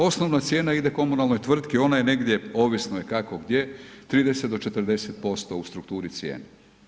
Osnovna cijena ide komunalnoj tvrtki, ona je negdje, ovisno je kako gdje, 30% do 40% u strukturi cijene.